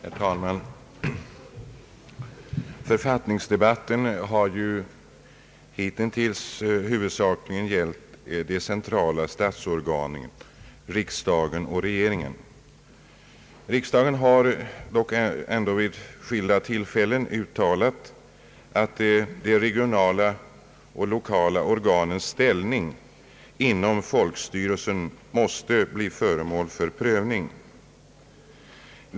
Herr talman! Författningsdebatten har hittills huvudsakligen gällt de centrala statsorganen, riksdag och regering. Riksdagen har dock vid skilda tillfällen uttalat att de regionala och l1okala organens ställning inom folksty relsen måste bli föremål för prövning.